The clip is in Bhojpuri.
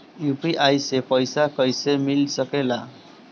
यू.पी.आई से पइसा कईसे मिल सके ला?